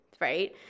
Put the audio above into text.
right